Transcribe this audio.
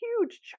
huge